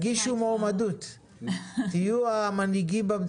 תגישו מועמדות, תהיו המנהיגים.